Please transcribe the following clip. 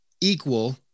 equal